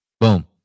boom